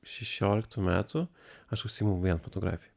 šešioliktų metų aš užsiimu vien fotografija